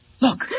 look